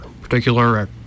particular